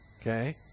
Okay